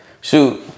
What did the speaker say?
shoot